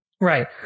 Right